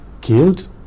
killed